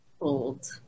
old